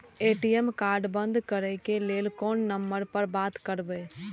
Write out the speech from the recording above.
ATM card बंद करे के लेल कोन नंबर पर बात करबे?